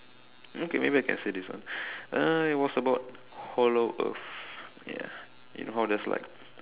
okay maybe I can say this one uh it was about hollow earth ya you know how there's like